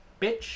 bitch